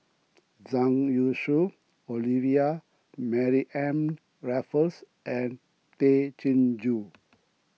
Zhang Youshuo Olivia Mariamne Raffles and Tay Chin Joo